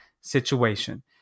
situation